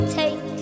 take